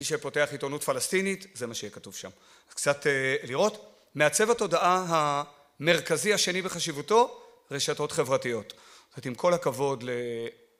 מי שפותח עיתונות פלסטינית זה מה שיהיה כתוב שם. קצת לראות, מעצב התודעה המרכזי השני בחשיבותו - רשתות חברתיות. אז עם כל הכבוד ל...